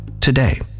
today